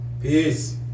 peace